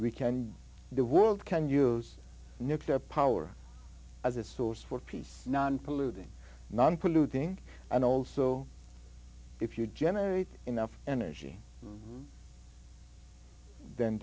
we can the world can use nuclear power as a source for peace non polluting non polluting and also if you generate enough energy